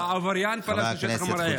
העבריין פלש לשטח המרעה.